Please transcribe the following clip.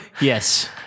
Yes